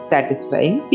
Satisfying